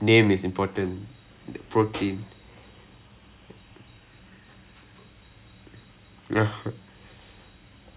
ya exactly so so I'll like ya I thought all of trying then then by the end of year two I was like